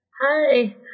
Hi